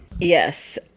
Yes